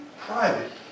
private